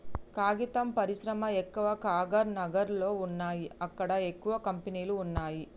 కాగితం పరిశ్రమ ఎక్కవ కాగజ్ నగర్ లో వున్నాయి అక్కడ ఎక్కువ కంపెనీలు వున్నాయ్